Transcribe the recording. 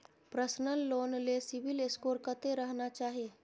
Personal loan ले CIBIL score कत्ते रहना चाही?